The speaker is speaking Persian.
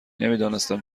نمیدانستم